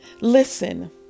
Listen